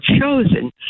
chosen